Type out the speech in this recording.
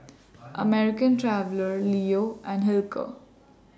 American Traveller Leo and Hilker